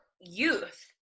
youth